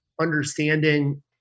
understanding